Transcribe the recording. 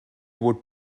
would